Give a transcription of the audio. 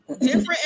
different